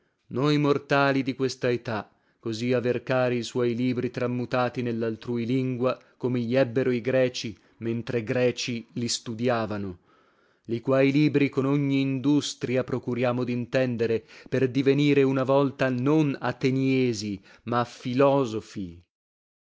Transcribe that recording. noi mortali di questa età così aver cari i suoi libri trammutati nellaltrui lingua come gli ebbero i greci mentre greci li studiavano i quai libri con ogni industria procuriamo dintendere per divenire una volta non ateniesi ma filosofi